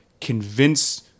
convince